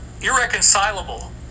irreconcilable